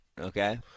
okay